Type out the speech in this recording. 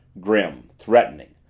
grim, threatening.